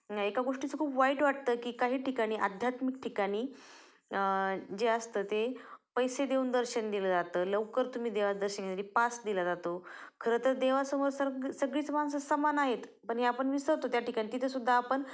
एका गोष्टीचं खूप वाईट वाटतं की काही ठिकाणी आध्यात्मिक ठिकाणी जे असतं ते पैसे देऊन दर्शन दिलं जातं लवकर तुम्ही देवा पास दिला जातो खरं तर देवासमोर सग सगळीच माणसं समान आहेत पण हे आपण विसरतो त्या ठिकाणी तिथेसुद्धा आपण